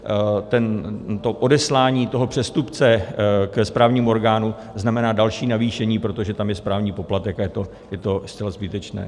A to odeslání toho přestupce ke správnímu orgánu znamená další navýšení, protože tam je správní poplatek a je to zcela zbytečné.